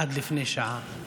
עד לפני שעה,